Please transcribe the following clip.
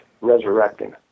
resurrecting